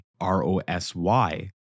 R-O-S-Y